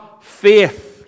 faith